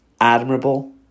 admirable